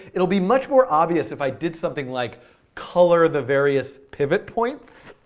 it'll be much more obvious if i did something like color the various pivot points.